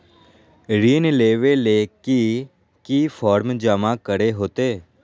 ऋण लेबे ले की की फॉर्म जमा करे होते?